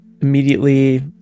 Immediately